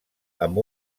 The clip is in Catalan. amb